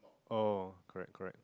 oh correct correct